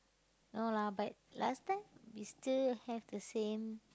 no lah but last time we still have the same